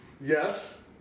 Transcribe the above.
Yes